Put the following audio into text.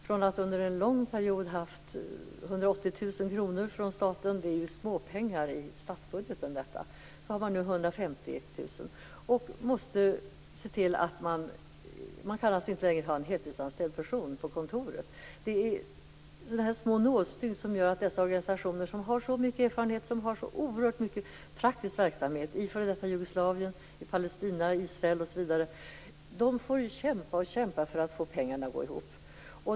Från att under en lång period ha haft 180 000 kr från staten, vilket är småpengar i statsbudgeten, har man nu 150 000 kr. Organisationen kan inte längre ha en heltidsanställd person på kontoret. Det är sådana här små nålstick som gör att dessa organisationer som har så mycket erfarenhet och som har så oerhört mycket praktisk verksamhet i det forna Jugoslavien, i Palestina och i Israel osv. De får kämpa för att få ekonomin att gå ihop.